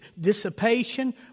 dissipation